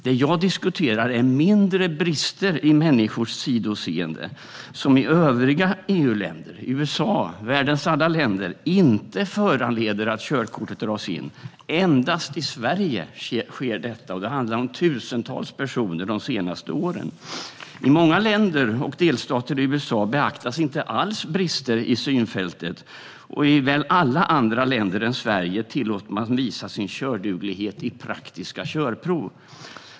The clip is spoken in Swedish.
Det jag diskuterar är mindre brister i människors sidoseende, som i övriga EU-länder, i USA och i världens alla länder inte föranleder att körkortet dras in. Endast i Sverige sker detta. Det har handlat om tusentals personer de senaste åren. I många länder och i många delstater i USA beaktas inte alls brister i synfältet. I alla länder utom Sverige tillåts man visa sin körduglighet i praktiska körprov.